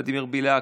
ולדימיר בליאק,